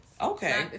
Okay